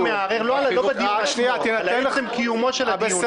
אני מערער לא בדיון עצמו אלא עצם קיומו של הדיון הזה.